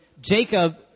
Jacob